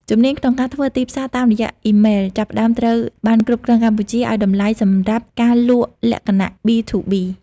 ជំនាញក្នុងការធ្វើទីផ្សារតាមរយៈអ៊ីមែល ចាប់ផ្តើមត្រូវបានក្រុមហ៊ុនកម្ពុជាឱ្យតម្លៃសម្រាប់ការលក់លក្ខណៈ B2B។